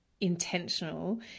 intentional